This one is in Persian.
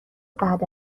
بعد